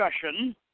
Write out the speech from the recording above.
discussion